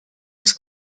was